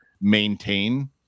maintain